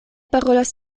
parolas